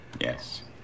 Yes